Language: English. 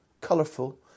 colourful